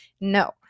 No